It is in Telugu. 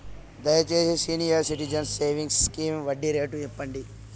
దయచేసి సీనియర్ సిటిజన్స్ సేవింగ్స్ స్కీమ్ వడ్డీ రేటు సెప్పండి